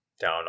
down